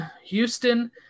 Houston